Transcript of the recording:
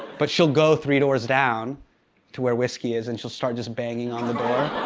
but she'll go three doors down to where whiskey is and she'll start just banging on the door.